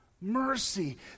mercy